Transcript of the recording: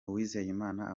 uwizeyimana